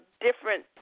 different